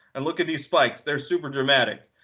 and look at these spikes. they're super dramatic.